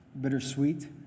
bittersweet